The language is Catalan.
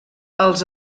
els